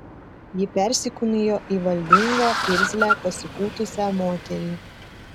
ji persikūnijo į valdingą irzlią pasipūtusią moterį